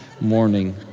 morning